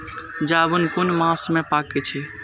जामून कुन मास में पाके छै?